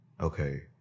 okay